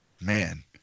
man